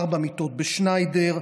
ארבע מיטות בשניידר,